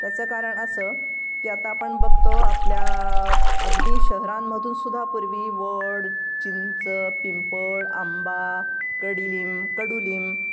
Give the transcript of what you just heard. त्याचं कारण असं की आता आपण बघतो आपल्या अगदी शहरांमधून सुद्धा पूर्वी वड चिंच पिंपळ आंबा कडिलीम कडुलिंब